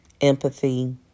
empathy